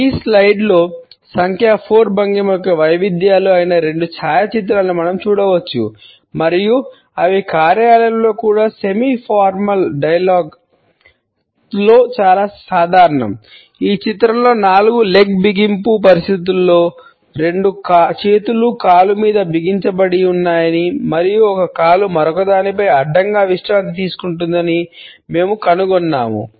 ఈ స్లయిడ్లో పరిస్థితులలో రెండు చేతులు కాలు మీద బిగించబడిందని మరియు ఒక కాలు మరొకదానిపై అడ్డంగా విశ్రాంతి తీసుకుంటుందని మేము కనుగొన్నాము